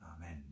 Amen